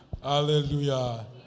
Hallelujah